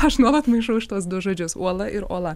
aš nuolat maišau šituos du žodžius uola ir ola